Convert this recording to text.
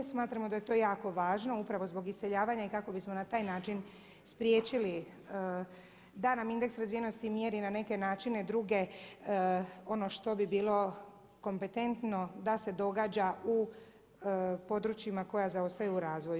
Smatramo da je to jako važno upravo zbog iseljavanja i kako bismo na taj način spriječili da nam indeks razvijenosti mjeri na neke načine druge ono što bi bilo kompetentno da se događa u područjima koja zaostaju u razvoju.